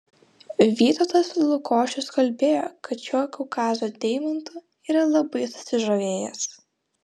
vytautas lukočius kalbėjo kad šiuo kaukazo deimantu yra labai susižavėjęs